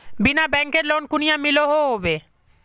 बिना बैंकेर लोन कुनियाँ मिलोहो होबे?